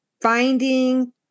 finding